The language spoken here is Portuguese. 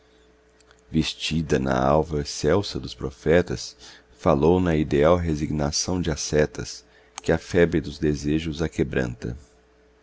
vestida na alva excelsa dos profetas falou na ideal resignação de ascetas que a febre dos desejos aquebranta